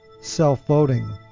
self-voting